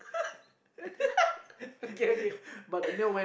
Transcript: okay okay